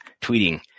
tweeting